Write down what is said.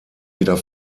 wieder